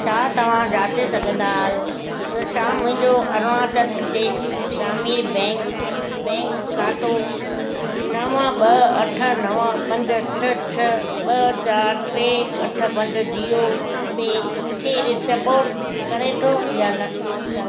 छा तव्हां जांचे सघंदा आहियो त छा मुंहिंजो अरुणाचल प्रदेश ग्रामीण बैंक बैंक खातो नव ॿ अठ नव पंज छह छह ॿ चारि टे अठ पंज जीओ पे खे स्पोट करे थो या न